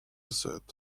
that